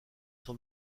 son